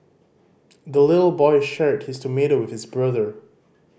the little boy shared his tomato with his brother